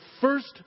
first